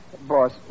Boss